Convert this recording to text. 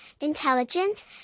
intelligent